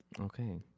Okay